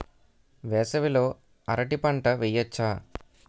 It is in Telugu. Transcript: వేసవి లో అరటి పంట వెయ్యొచ్చా?